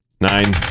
Nine